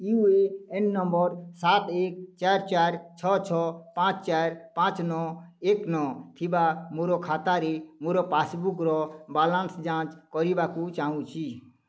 you A N number ସାତ ଏକ ଚାରି ଚାରି ଛଅ ଛଅ ପାଞ୍ଚ ଚାରି ପାଞ୍ଚ ନଅ ଏକ ନଅ ଥିବା ମୋ ଖାତାରେ ମୋର ପାସ୍ବୁକ୍ର ବାଲାନ୍ସ ଯାଞ୍ଚ କରିବାକୁ ଚାହୁଁଛି